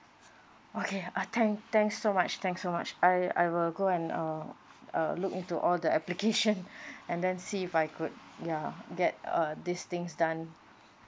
okay ah thank thank so much thank so much I I will go and uh uh look into all the application and then see if I could ya get uh these things done